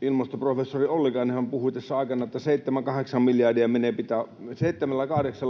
ilmastoprofessori Ollikainenhan puhui tässä aikanaan, että 7—8